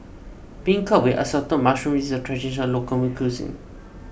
Beancurd with Assorted Mushrooms is a Traditional Local Cuisine